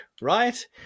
right